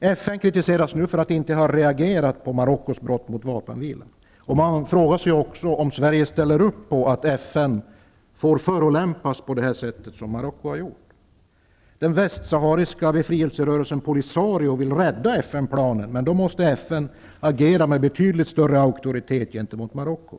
FN kritiseras nu för att inte ha reagerat på Marockos brott mot vapenvilan. Man frågar sig också om Sverige ställer upp på att FN får förolämpas på det sätt som skett. Den västsahariska befrielserörelsen Polisario vill rädda FN-planen, men då måste FN agera med betydligt större auktoritet gentemot Marocko.